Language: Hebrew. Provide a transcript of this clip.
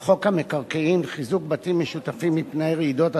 את חוק המקרקעין (חיזוק בתים משותפים מפני רעידות אדמה)